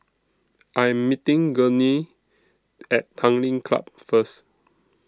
I Am meeting Gurney At Tanglin Club First